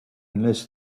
unless